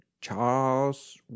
Charles